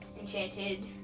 enchanted